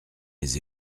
les